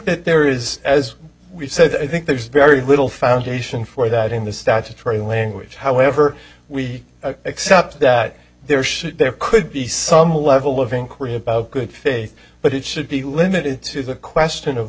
that there is as we said i think there's very little foundation for that in the statutory language however we accept that there should there could be some level of inquiry about good faith but it should be limited to the question of